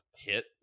hit